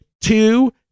two